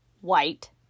white